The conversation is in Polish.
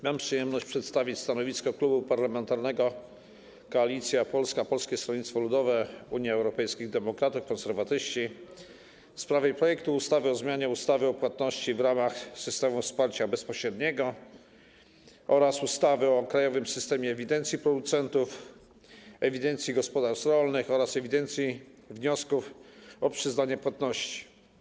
Mam przyjemność przedstawić stanowisko Klubu Parlamentarnego Koalicja Polska - Polskie Stronnictwo Ludowe, Unia Europejskich Demokratów, Konserwatyści w sprawie projektu ustawy o zmianie ustawy o płatnościach w ramach systemów wsparcia bezpośredniego oraz ustawy o krajowym systemie ewidencji producentów, ewidencji gospodarstw rolnych oraz ewidencji wniosków o przyznanie płatności.